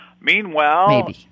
Meanwhile